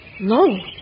No